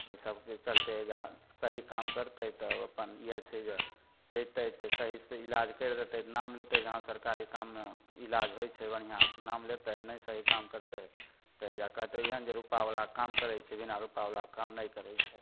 ओहि सबके चलते एहिजा सही काम करतै तब अपन इएह छै जे जेतै तऽ सही से इलाज करि देतै नाम लेतै जे हँ सरकारी काममे इलाज होइ छै बढ़िऑं सऽ नाम लेतै नहि सही काम करतै तऽ एहिजा कहतै जे रूपा बलाके काम करै छै बिना रूपा बलाके काम नहि करै छै